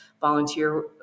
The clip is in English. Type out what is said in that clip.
volunteer